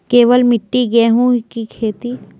केवल मिट्टी गेहूँ की खेती?